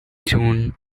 june